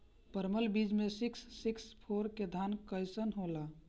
परमल बीज मे सिक्स सिक्स फोर के धान कईसन होला?